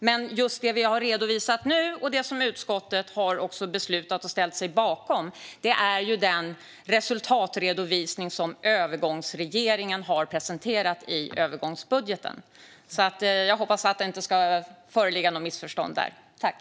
Men det vi nu har redovisat och som utskottet har beslutat om och ställt sig bakom är den resultatredovisning som övergångsregeringen har presenterat i övergångsbudgeten. Jag hoppas att det inte ska föreligga något missförstånd om det.